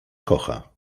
kocha